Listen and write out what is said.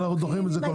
אנחנו דוחים את זה.